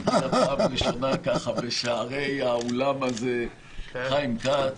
שנכנס ככה בשערי האולם הזה, חיים כץ.